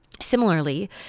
Similarly